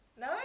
no